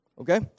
okay